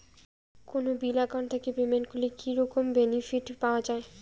কোনো bill account থাকি payment করলে কি রকম বেনিফিট পাওয়া য়ায়?